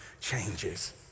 changes